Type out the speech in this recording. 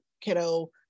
kiddo